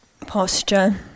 posture